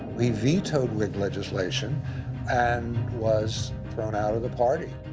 he vetoed whig legislation and was thrown out of the party.